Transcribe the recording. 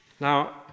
Now